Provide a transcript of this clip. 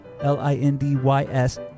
L-I-N-D-Y-S